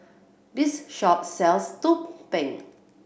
this shop sells tu peng